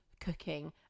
cooking